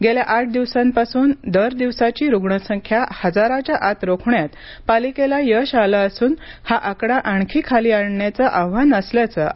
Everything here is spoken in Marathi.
गेल्या आठ दिवसांपासून दर दिवसाची रुग्ण संख्या हजाराच्या आत रोखण्यात पालिकेला यश आले असून हा आकडा आणखी खाली आणण्याचं आव्हान असल्याचं आयुक्तांनी सांगितलं